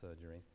surgery